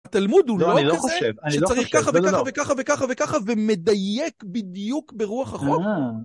התלמוד הוא לא כזה שצריך ככה וככה וככה וככה וככה ומדייק בדיוק ברוח החוק